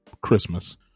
Christmas